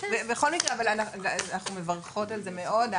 בכל מקרה אנחנו מברכות על זה מאוד,